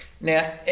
Now